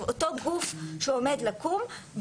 אותו גוף שעומד לקום,